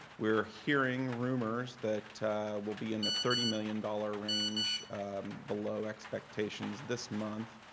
we're hearing rumors that we'll be in the thirty million dollars range below expectations this month.